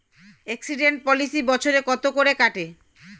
Accident policy বছরে কত করে কাটে?